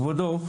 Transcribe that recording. כבודו,